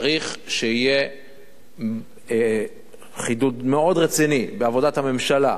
צריך שיהיה חידוד מאוד רציני בעבודת הממשלה,